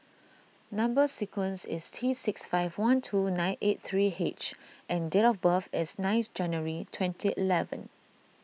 Number Sequence is T six five one two nine eight three H and date of birth is ninth January twenty eleven